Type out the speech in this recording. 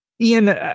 Ian